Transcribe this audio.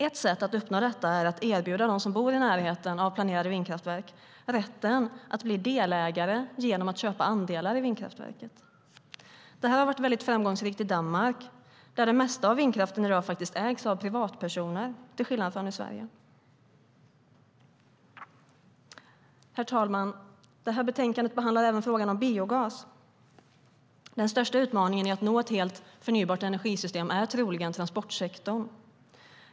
Ett sätt att uppnå detta är att erbjuda dem som bor i närheten av planerade vindkraftverk rätten att bli delägare genom att köpa andelar i vindkraftverket. Detta har varit mycket framgångsrikt i Danmark, där det mesta av vindkraften i dag faktiskt ägs av privatpersoner till skillnad från i Sverige. Herr talman! Det här betänkandet behandlar även frågan om biogas. Den största utmaningen i att nå ett helt förnybart energisystem är troligen transportsektorn.